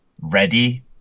ready